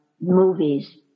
movies